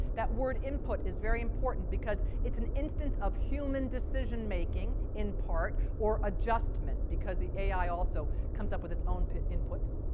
that word input is very important because it's an instance of human decision making in part, or adjustment because the ai also comes up with its own inputs.